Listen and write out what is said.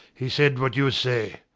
he said what you say.